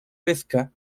pesca